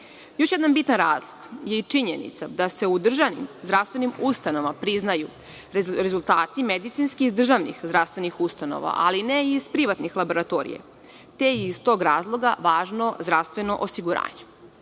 jedan bitan razlog je i činjenica da se u državnim zdravstvenim ustanovama priznaju rezultati medicinskih iz državnih zdravstvenih ustanova, ali ne i iz privatnih laboratorija, te je iz tog razloga važno zdravstveno osiguranje. Kada